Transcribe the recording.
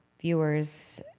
viewers